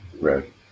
Right